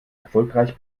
erfolgreich